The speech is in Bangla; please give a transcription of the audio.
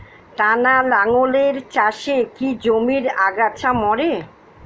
টানা লাঙ্গলের চাষে কি জমির আগাছা মরে?